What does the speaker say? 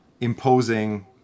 imposing